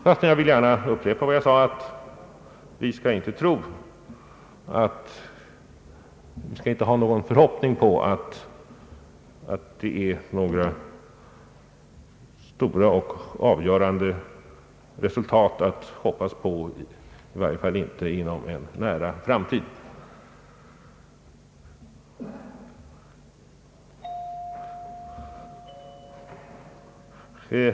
Jag vill dock gärna upprepa vad jag sade förut att vi inte skall tro att det är några stora och avgörande resultat att hoppas på, i varje fall inte inom en nära framtid.